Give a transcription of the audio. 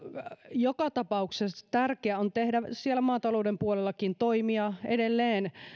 joka tapauksessa tärkeää on tehdä siellä maatalouden puolellakin toimia edelleen